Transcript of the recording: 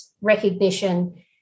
recognition